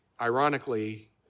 Ironically